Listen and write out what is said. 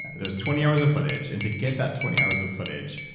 there's twenty hours of footage, and to get that twenty hours of footage,